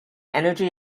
energy